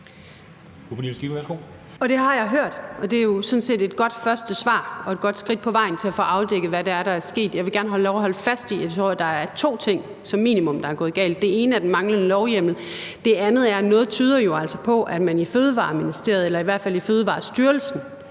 det er jo sådan set et godt første svar og et godt skridt på vejen til at få afdækket, hvad det er, der er sket. Jeg vil gerne have lov at holde fast i, at jeg tror, at der som minimum er to ting, der er gået galt. Det ene er den manglende lovhjemmel, og det andet er, at noget jo altså tyder på, at man i Fødevareministeriet eller i hvert fald i Fødevarestyrelsen